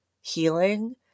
Healing